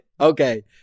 okay